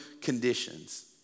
conditions